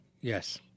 Yes